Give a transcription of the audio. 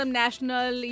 national